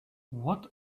what